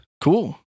Cool